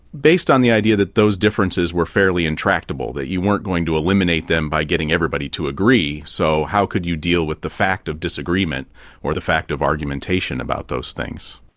based on the idea that those differences were fairly intractable, that you weren't going to eliminate them by getting everybody to agree, so how could you deal with the fact of disagreement or the fact of argumentation about those things.